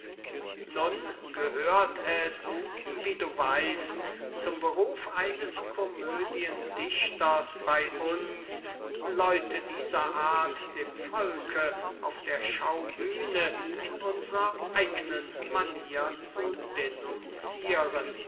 nun gehört es wie du weißt zum beruf eines komödiendichters bey uns leute dieser art dem volk auf der schaubühne in unsrer eignen manier zu denunzieren